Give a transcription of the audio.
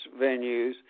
venues